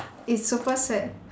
it's super sad